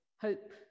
hope